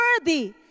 worthy